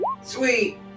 Sweet